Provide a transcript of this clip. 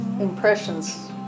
impressions